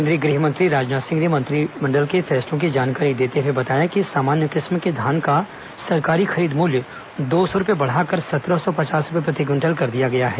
केंद्रीय गृहमंत्री राजनाथ सिंह ने मंत्रिमडल के फैसलों की जानकारी देते हुए बताया कि सामान्य किस्म के धान का सरकारी खरीद मूल्य दो सौ रूपये बढ़ाकर सत्रह सौ पचास रूपये प्रति क्विटल कर दिया गया है